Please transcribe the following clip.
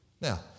Now